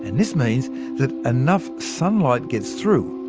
and this means that enough sunlight gets through,